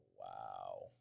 Wow